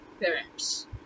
parents